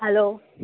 hello